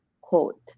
quote